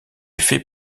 fait